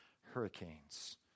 hurricanes